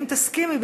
אם תסכימי,